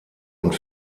und